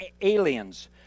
aliens